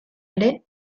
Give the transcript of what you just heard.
ere